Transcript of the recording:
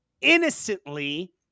innocently